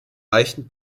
leichten